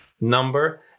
number